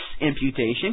imputation